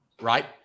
right